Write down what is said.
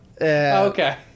Okay